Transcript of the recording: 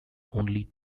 only